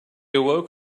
awoke